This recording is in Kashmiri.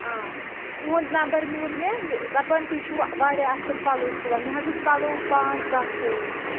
آ تُہُنٛد نمبر میٛوٗل مےٚ دَپان تُہۍ چھُو واریاہ اَصٕل پَلو سُوان مےٚ حظ ٲسۍ پَلو پانٛژھ دَہ سُوٕنۍ